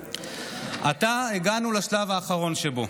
עתה הגענו לשלב האחרון שבו.